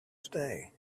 today